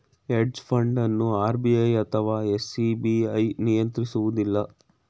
hedge fund ಅನ್ನು RBI ಅಥವಾ SEBI ನಿಯಂತ್ರಿಸುವುದಿಲ್ಲ